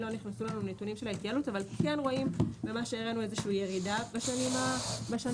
לא נכנסו הנתונים של ההתייעלות אבל כן רואים ירידה בשנה האחרונה.